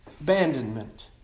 abandonment